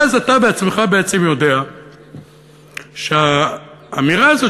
ואז אתה בעצמך יודע שהאמירה הזאת,